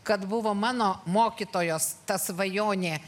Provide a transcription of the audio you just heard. kad buvo mano mokytojos ta svajonė